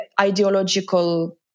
ideological